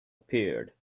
appeared